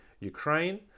Ukraine